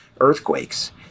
earthquakes